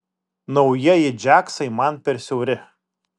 naujieji džiaksai man per siauri